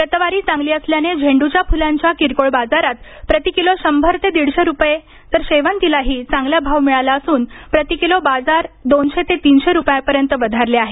प्रतवारी चांगली असल्याने झेंडूच्या फुलांच्या किरकोळ बाजारात प्रतिकीलो शंभर ते दीडशे रुपये तर शेवंतीलाही चांगला भाव मिळाला असून प्रतीकिलो बाजार दोनशे ते तीनशे रुपयांपर्यंत वधारले आहेत